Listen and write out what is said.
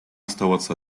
оставаться